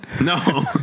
No